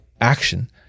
action